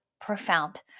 profound